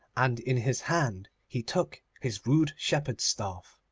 and in his hand he took his rude shepherd's staff.